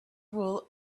rule